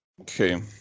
Okay